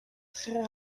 très